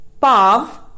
Pav